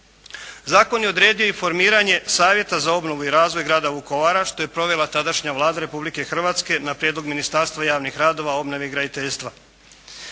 Zakon je odredio i formiranje savjeta za obnovu i razvoj grada Vukovara, što je provela tadašnja Vlada Republike Hrvatske na prijedlog Ministarstva javnih radova, obnove i graditeljstva.